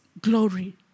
glory